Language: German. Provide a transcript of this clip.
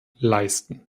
leisten